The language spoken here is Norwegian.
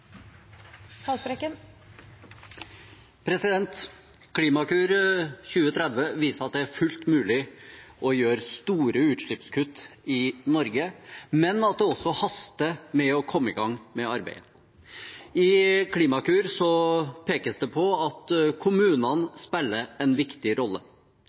fullt mulig å gjøre store utslippskutt i Norge, men også at det haster med å komme i gang med arbeidet. I Klimakur pekes det på at kommunene spiller en viktig rolle.